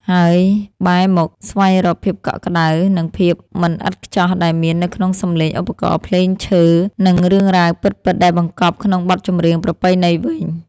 ហើយបែរមកស្វែងរកភាពកក់ក្តៅ និងភាពមិនឥតខ្ចោះដែលមាននៅក្នុងសំឡេងឧបករណ៍ភ្លេងឈើ និងរឿងរ៉ាវពិតៗដែលបង្កប់ក្នុងបទចម្រៀងប្រពៃណីវិញ។